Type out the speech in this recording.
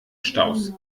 staus